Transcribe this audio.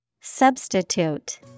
Substitute